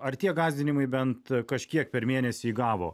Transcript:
ar tie gąsdinimai bent kažkiek per mėnesį įgavo